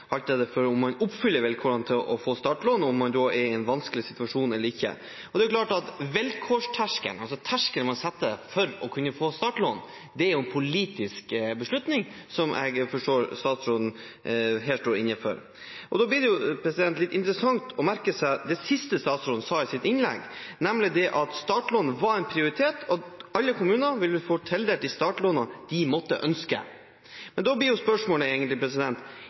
om man oppfyller vilkårene for å få startlån, om man da er i en vanskelig situasjon eller ikke. Vilkårsterskelen, altså terskelen man setter for å kunne få startlån, er en politisk beslutning som jeg forstår statsråden her står inne for. Da blir det litt interessant å merke seg det siste statsråden sa i sitt innlegg, nemlig at startlån var en prioritet, at alle kommuner ville få tildelt de startlån de måtte ønske. Men da blir spørsmålet egentlig: